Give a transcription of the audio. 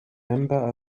member